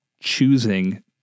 choosing